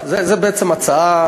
זו בעצם הצעה